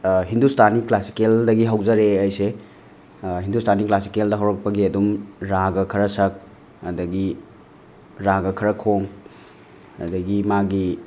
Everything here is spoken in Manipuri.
ꯍꯤꯟꯗꯨꯁꯇꯥꯅꯤ ꯀ꯭ꯂꯥꯁꯤꯀꯦꯜꯗꯒꯤ ꯍꯧꯖꯔꯛꯑꯦ ꯑꯩꯁꯦ ꯍꯤꯟꯗꯨꯁꯇꯥꯅꯤ ꯀ꯭ꯂꯥꯁꯤꯀꯦꯜꯗ ꯍꯧꯔꯛꯄꯒꯤ ꯑꯗꯨꯝ ꯔꯥꯒ ꯈꯔ ꯁꯛ ꯑꯗꯒꯤ ꯔꯥꯒ ꯈꯔ ꯈꯣꯡ ꯑꯗꯒꯤ ꯃꯥꯒꯤ